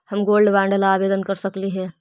हम gold bond ला आवेदन कर सकली हे?